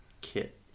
Kit